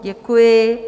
Děkuji.